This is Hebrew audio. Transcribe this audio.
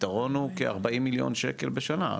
הפתרון הוא כ-40 מיליון שקל בשנה,